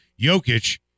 Jokic